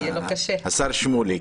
השר שמולי.